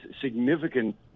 significant